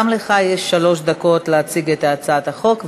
גם לך יש שלוש דקות להציג את הצעת החוק,